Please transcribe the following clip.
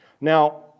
Now